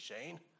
Shane